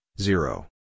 zero